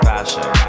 Fashion